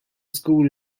school